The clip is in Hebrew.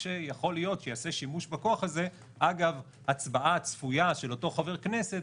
כשיכול להיות שייעשה שימוש בכוח הזה אגב הצבעה צפויה של אותו חבר כנסת,